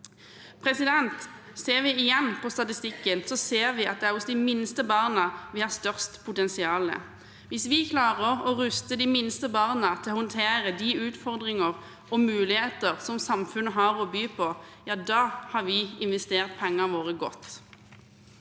tiltak. Ser vi igjen på statistikken, ser vi at det er hos de minste barna vi har størst potensial. Hvis vi klarer å ruste de minste barna til å håndtere de utfordringer og muligheter som samfunnet har å by på, ja, da har vi investert pengene våre godt.